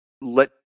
let